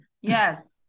Yes